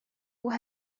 would